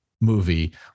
movie